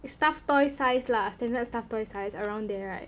is stuffed toy size lah standard stuffed toy size around there right